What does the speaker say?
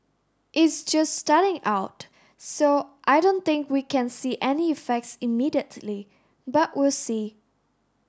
is just starting out so I don't think we can see any effects immediately but we'll see